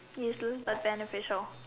he's still but beneficial